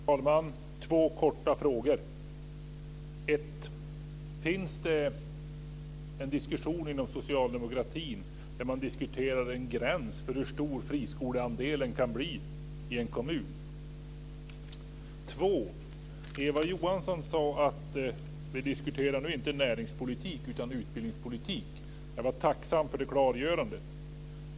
Herr talman! Jag har två korta frågor. För det första undrar jag om det finns en diskussion inom socialdemokratin där man tar upp en gräns för hur stor friskoleandelen kan bli i en kommun. För det andra sade Eva Johansson att vi nu inte diskuterar näringspolitik utan utbildningspolitik. Jag är tacksam för det klargörandet.